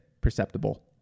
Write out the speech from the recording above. perceptible